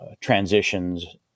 transitions